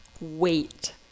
wait